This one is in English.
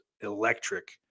electric